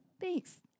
Thanks